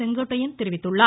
செங்கோட்டையன் தெரிவித்துள்ளார்